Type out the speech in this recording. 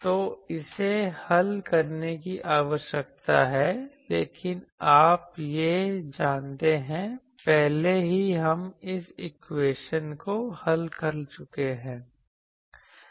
तो इसे हल करने की आवश्यकता है लेकिन आप यह जानते हैं पहले ही हम इस इक्वेशन को हल कर चुके हैं